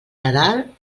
nadal